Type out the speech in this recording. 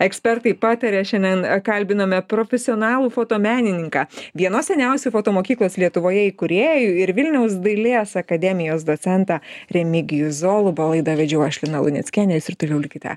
ekspertai pataria šiandien kalbinome profesionalų fotomenininką vienos seniausių foto mokyklos lietuvoje įkūrėjų ir vilniaus dailės akademijos docentą remigijų zolubą laidą vedžiau aš lina luneckienė jūs ir toliau likite